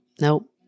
nope